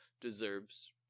deserves